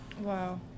Wow